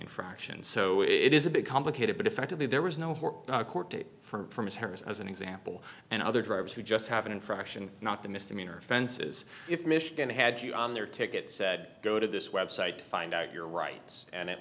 infraction so it is a big complicated but effectively there was no court date for ms harris as an example and other drivers who just have an infraction not the misdemeanor offenses if michigan had you on their ticket said go to this website find out your rights and it